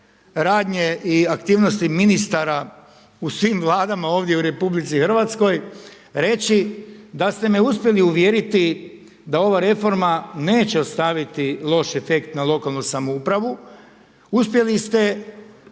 radnje i aktivnosti ministara u svim Vladama ovdje u RH reći da ste me uspjeli uvjeriti da ova reforma neće ostaviti loš efekt na lokalnu samoupravu, uspjeli ste